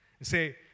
Say